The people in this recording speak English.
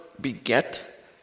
beget